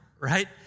right